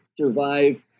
survive